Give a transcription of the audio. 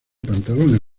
pantalones